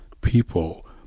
people